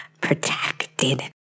protected